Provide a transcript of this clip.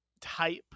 type